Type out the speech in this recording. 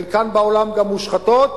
חלקן בעולם גם מושחתות,